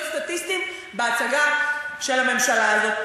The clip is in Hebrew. להיות סטטיסטים בהצגה של הממשלה הזאת.